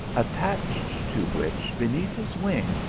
attached to which, beneath his wing,